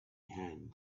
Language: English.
hand